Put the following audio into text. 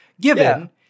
given